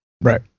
Right